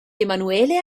emanuele